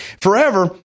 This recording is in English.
Forever